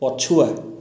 ପଛୁଆ